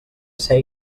ser